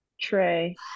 tray